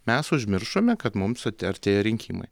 mes užmiršome kad mums artėja rinkimai